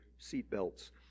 seatbelts